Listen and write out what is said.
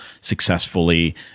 successfully